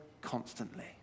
constantly